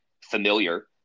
familiar